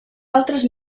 altres